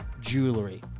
jewelry